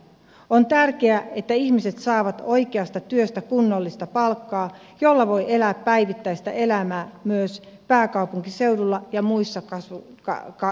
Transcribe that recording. on tärkeää että ihmiset saavat oikeasta työstä kunnollista palkkaa jolla voi elää päivittäistä elämää myös pääkaupunkiseudulla ja muissa kasvukeskuksissa